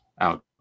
out